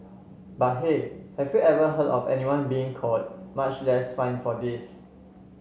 but hey have you ever heard of anyone being caught much less fined for this